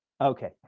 Okay